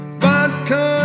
vodka